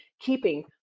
keeping